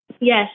Yes